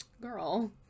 girl